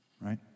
right